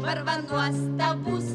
varva nuostabūs